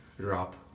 drop